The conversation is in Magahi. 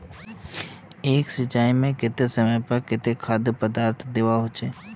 एक सिंचाई में किस समय पर केते खाद पदार्थ दे ला होते?